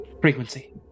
Frequency